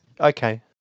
Okay